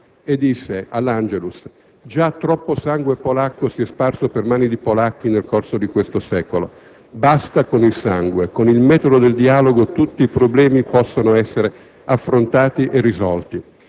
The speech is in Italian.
e disse all'Angelus*:* «Già troppo sangue polacco si è sparso per mani di polacchi nel corso di questo secolo. Basta con il sangue, con il metro del dialogo tutti i problemi possono essere affrontati e risolti».